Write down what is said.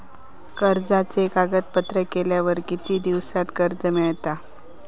कर्जाचे कागदपत्र केल्यावर किती दिवसात कर्ज मिळता?